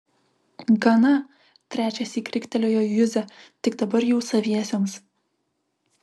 gana trečiąsyk riktelėjo juzė tik dabar jau saviesiems